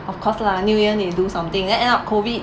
of course lah new year need to do something then end up COVID